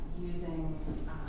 using